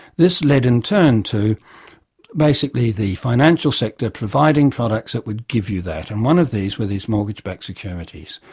this led in turn to basically the financial sector providing products that would give you that, and one of these were these mortgage-backed securities.